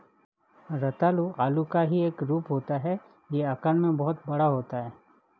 रतालू आलू का ही एक रूप होता है यह आकार में बहुत बड़ा होता है